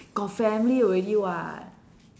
got family already [what]